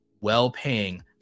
well-paying